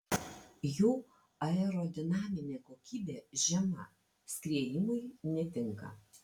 jų aerodinaminė kokybė žema skriejimui netinka